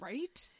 Right